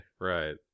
Right